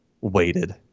waited